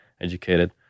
educated